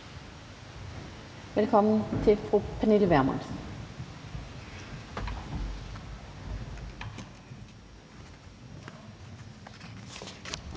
velkommen til fru Pernille Vermund.